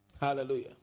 hallelujah